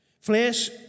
Flesh